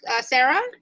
Sarah